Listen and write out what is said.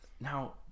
Now